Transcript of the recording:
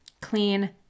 clean